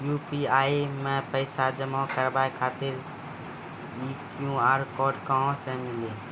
UPI मे पैसा जमा कारवावे खातिर ई क्यू.आर कोड कहां से मिली?